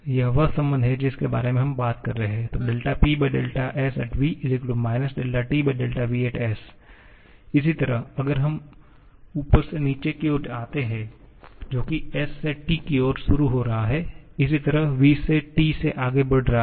यह वह संबंध है जिसके बारे में हम बात कर रहे हैं Psv Tvs इसी तरह अब अगर हम ऊपर से नीचे की ओर आते हैं जो कि s से T की ओर शुरू हो रहा है इसी तरह v से T से आगे बढ़ रहा है